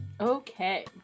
Okay